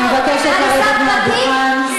אני מבקשת לרדת מהדוכן.